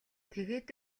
тэгээд